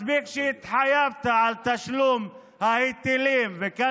מספיק שהתחייבת על תשלום ההיטלים, ווליד,